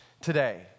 today